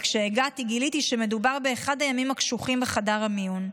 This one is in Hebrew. וכשהגעתי גיליתי שמדובר באחד הימים הקשוחים בחדר המיון.